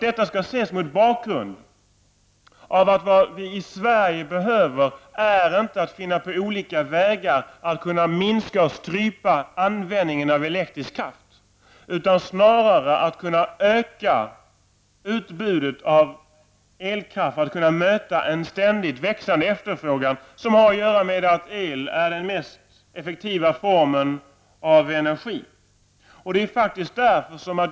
Detta skall ses mot bakgrund av att vad vi i Sverige behöver är inte att finna på olika vägar att kunna minska och strypa användningen av elektrisk kraft, utan snarare att kunna öka utbudet av elkraft för att kunna möta en ständigt växande efterfrågan -- som har att göra med att el är den mest effektiva formen av energi.